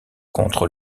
contre